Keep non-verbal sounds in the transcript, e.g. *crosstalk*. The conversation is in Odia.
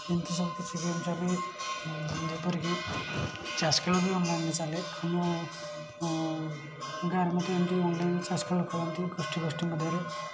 ଏମିତି ସବୁ କିଛି ଗେମ୍ ଚାଲେ *unintelligible* ଏପରିକି ଚେସ୍ ଖେଳ ବି ଅନଲାଇନ୍ରେ ଚାଲେ ଆମ ଗାଁରେ ମଧ୍ୟ ଏମିତି ଅନଲାଇନ୍ରେ ଚେସ୍ ଖେଳ ଖେଳନ୍ତି ଗୋଷ୍ଠୀ ଗୋଷ୍ଠୀ ମଧ୍ୟରେ